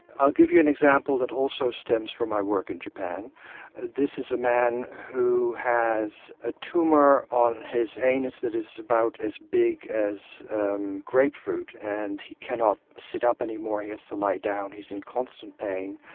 i'll give you an example that also stems from my work in japan this is a man who has a tumour on his anus that is about as big as grapefruit and he cannot sit up anymore, he has to lie down, he's in constant pain,